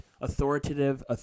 authoritative